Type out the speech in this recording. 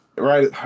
Right